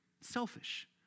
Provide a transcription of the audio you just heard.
selfish